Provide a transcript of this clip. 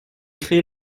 créer